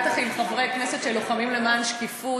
בטח עם חברי כנסת שלוחמים למען שקיפות